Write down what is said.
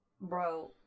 bro